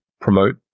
promote